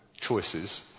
choices